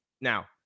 Now